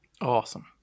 Awesome